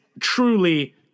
truly